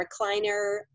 recliner